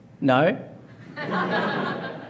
No